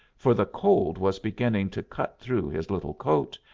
for the cold was beginning to cut through his little coat,